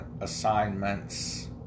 assignments